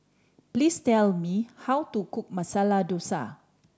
please tell me how to cook Masala Dosa